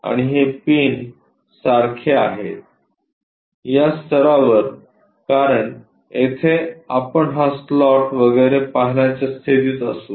आणि हे पिन सारखे आहे या स्तरावर कारण येथे आपण हा स्लॉट वगैरे पाहण्याच्या स्थितीत असू